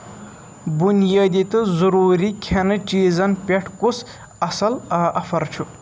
بُنیٲدی تہٕ ضٔروٗری کھیٚنہٕ چیٖزن پٮ۪ٹھ کُس اَصٕل آفر چھُ